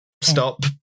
Stop